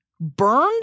burned